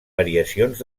variacions